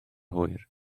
hwyr